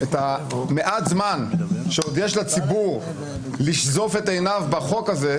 מעט הזמן שעוד יש לציבור לשזוף את עיניו בחוק הזה,